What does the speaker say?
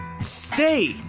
stay